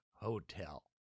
Hotel